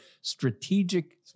strategic